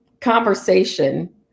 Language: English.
conversation